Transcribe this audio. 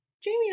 Jamie